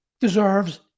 deserves